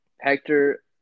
Hector